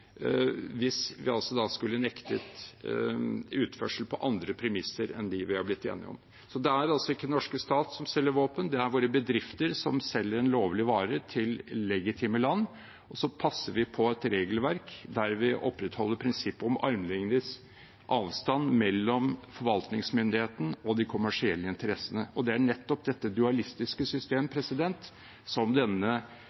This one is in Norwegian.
hvis vi skulle nekte utførsel på andre premisser enn dem vi er blitt enige om. Så det er altså ikke den norske stat som selger våpen, det er våre bedrifter som selger en lovlig vare til legitime land, og så passer vi på å ha et regelverk der vi opprettholder prinsippet om armlengdes avstand mellom forvaltningsmyndigheten og de kommersielle interessene. Det er nettopp dette dualistiske systemet